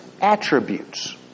attributes